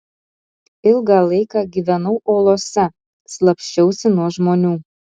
ilgą laiką gyvenau olose slapsčiausi nuo žmonių